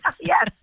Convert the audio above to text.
Yes